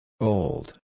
Old